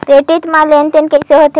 Credit मा लेन देन कइसे होथे?